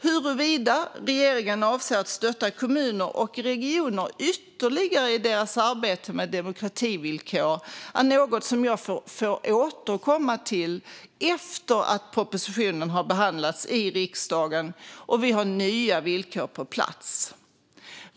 Huruvida regeringen avser att stötta kommuner och regioner ytterligare i deras arbete med demokrativillkor är något som jag får återkomma till efter att propositionen har behandlats i riksdagen och vi har nya villkor på plats.